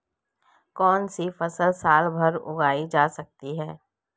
कौनसी फसल साल भर उगाई जा सकती है?